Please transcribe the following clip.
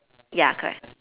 ya correct